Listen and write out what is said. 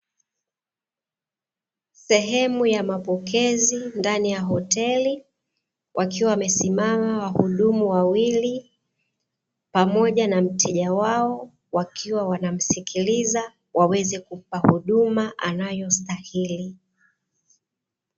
Sehemu ya mapokezi ndani ya hoteli, wakiwa wamesimama wahudumu wawili, pamoja na mteja wao wakiwa wanamsikiliza waweze kumpa huduma anayostahili.